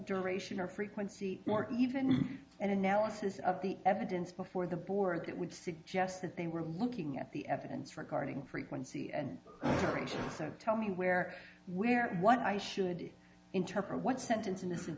duration or frequency more even an analysis of the evidence before the board that would suggest that they were looking at the evidence regarding frequency and arranging so tell me where where what i should interpret what sentence in